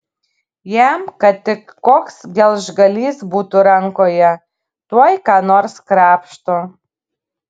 jam kad tik koks gelžgalys būtų rankoje tuoj ką nors krapšto